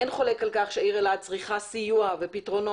אין חולק על כך שהעיר אלעד צריכה סיוע ופתרונות,